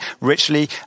richly